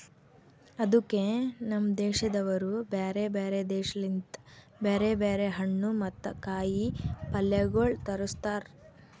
ಅದುಕೆ ನಮ್ ದೇಶದವರು ಬ್ಯಾರೆ ಬ್ಯಾರೆ ದೇಶ ಲಿಂತ್ ಬ್ಯಾರೆ ಬ್ಯಾರೆ ಹಣ್ಣು ಮತ್ತ ಕಾಯಿ ಪಲ್ಯಗೊಳ್ ತರುಸ್ತಾರ್